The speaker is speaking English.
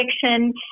fiction